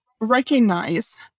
recognize